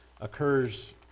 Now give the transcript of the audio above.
occurs